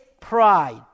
pride